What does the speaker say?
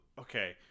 Okay